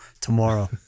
tomorrow